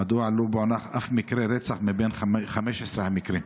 3. מדוע לא פוענח אף מקרה רצח מ-15 המקרים?